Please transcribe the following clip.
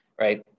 right